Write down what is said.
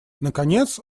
наконец